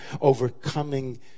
overcoming